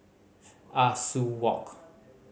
Ah Soo Walk